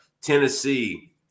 Tennessee